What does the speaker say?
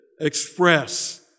express